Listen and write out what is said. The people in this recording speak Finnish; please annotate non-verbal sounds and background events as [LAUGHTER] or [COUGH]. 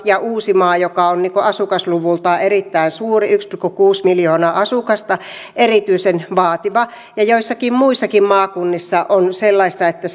ja uusimaa joka on asukasluvultaan erittäin suuri yksi pilkku kuusi miljoonaa asukasta on erityisen vaativa joissakin muissakin maakunnissa on sellaista että [UNINTELLIGIBLE]